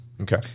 Okay